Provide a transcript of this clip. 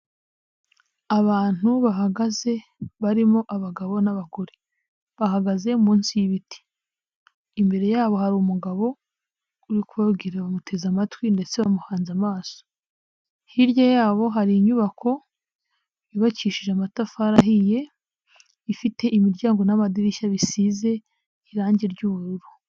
Abantu bahagaze barimo abagabo n'abagore, bahagaze munsi y'ibiti, imbere yabo hari umugabo uri kubabwira bamuteze amatwi ndetse bamuhanze amaso, hirya yabo hari inyubako yubakishije amatafari ahiye, ifite imiryango n'amadirishya bisize irangi ry'ubururu.